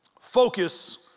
focus